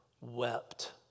wept